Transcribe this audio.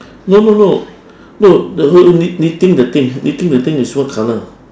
no no no no the knit knitting the thing knitting the thing is what colour